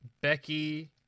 Becky